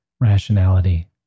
rationality